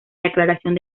declaración